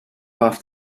off